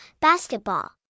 basketball